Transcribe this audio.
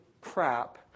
crap